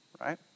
right